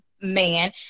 man